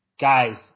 guys